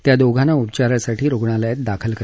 त्या दोघांना उपचारासाठी रुग्णालयात दाखल केलं आहे